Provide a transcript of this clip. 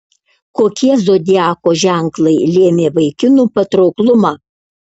kokie zodiako ženklai lėmė vaikinų patrauklumą